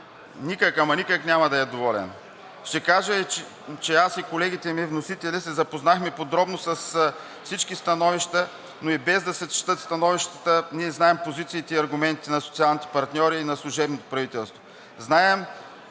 Никак, ама никак няма да е доволен. Ще кажа, че аз и колегите ми вносители са запознахме подробно с всички становища, но и без да се четат становищата, ние знаем позициите и аргументите на социалните партньори и на служебното правителство.